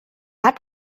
hat